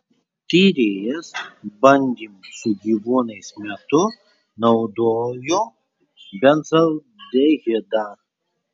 tyrėjas bandymų su gyvūnais metu naudojo benzaldehidą